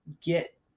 get